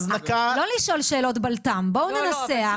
לא לשאול שאלות בלת"ם, בואו ננסח.